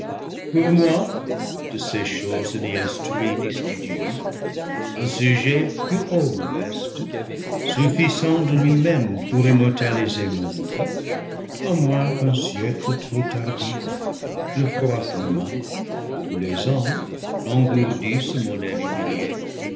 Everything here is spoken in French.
ni studieux un sujet plus haut me reste suffisant de lui-même pour immortaliser mon nom à moins qu'un siècle trop tardif le froid climat ou les ans n'engourdissent mon aile humiliée